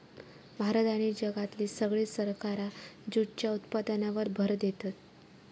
भारत आणि जगातली सगळी सरकारा जूटच्या उत्पादनावर भर देतत